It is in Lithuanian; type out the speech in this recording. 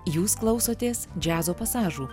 jūs klausotės džiazo pasažų